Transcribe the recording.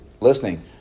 Listening